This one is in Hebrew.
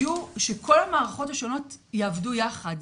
שכל המערכות השונות יעבדו יחד.